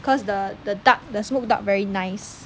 cause the the duck the smoked duck very nice